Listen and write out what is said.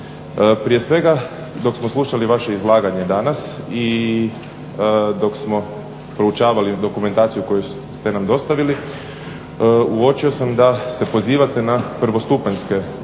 Prije svega dok smo slušali vaše izlaganje danas i dok smo proučavali dokumentaciju koju ste nam dostavili uočio sam da se pozivate na prvostupanjske presude.